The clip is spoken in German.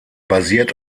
basiert